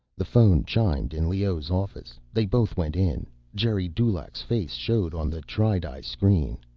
the phone chimed in leoh's office. they both went in. geri dulaq's face showed on the tri-di screen.